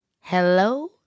hello